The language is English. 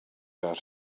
out